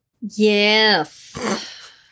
Yes